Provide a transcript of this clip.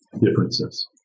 differences